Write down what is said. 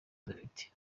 dufite